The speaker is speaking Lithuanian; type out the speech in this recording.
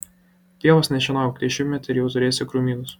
pievos nešienauk dešimtmetį ir jau turėsi krūmynus